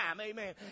Amen